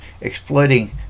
exploiting